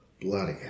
Bloody